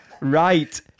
right